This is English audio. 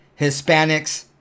Hispanics